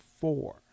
four